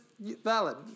valid